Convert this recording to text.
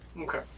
Okay